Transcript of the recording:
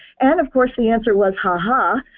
and of course the answer was, haha.